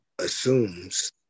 assumes